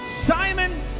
Simon